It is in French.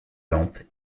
lampe